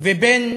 לבין